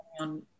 on